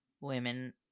women